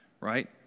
right